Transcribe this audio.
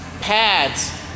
Pads